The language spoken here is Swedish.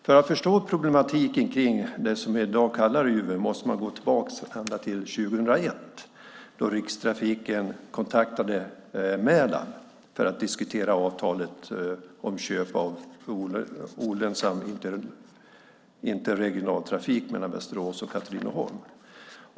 För att förstå problematiken kring det som vi i dag kallar Uven måste man gå tillbaka ända till 2001 då Rikstrafiken kontaktade Mälab för att diskutera avtalet om köp av olönsam interregional trafik mellan Västerås och Katrineholm.